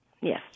Yes